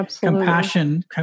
compassion